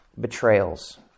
betrayals